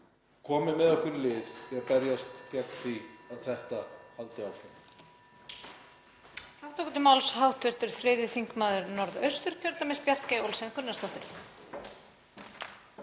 komi með okkur í lið í því að berjast gegn því að þetta haldi áfram.